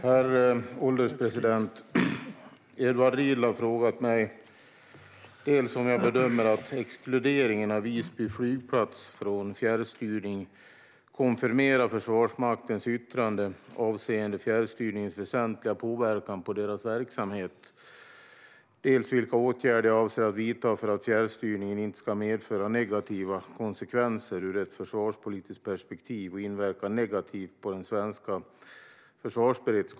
Herr ålderspresident! Edward Riedl har frågat mig dels om jag bedömer att exkluderingen av Visby flygplats från fjärrstyrning konfirmerar Försvarsmaktens yttrande avseende fjärrstyrningens väsentliga påverkan på deras verksamhet, dels vilka åtgärder jag avser att vidta för att fjärrstyrningen inte ska medföra negativa konsekvenser ur ett försvarspolitiskt perspektiv och inverka negativt på den svenska försvarsberedskapen.